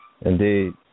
Indeed